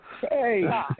Hey